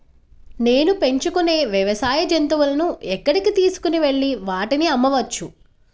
నేను పెంచుకొనే వ్యవసాయ జంతువులను ఎక్కడికి తీసుకొనివెళ్ళి వాటిని అమ్మవచ్చు?